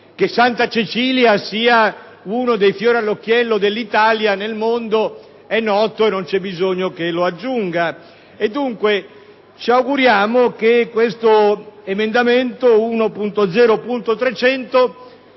che si tratta di uno dei fiori all'occhiello dell'Italia nel mondo. È noto e non c'è bisogno che lo aggiunga. Dunque, ci auguriamo che questo emendamento 1.0.300,